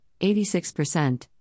86%